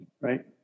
right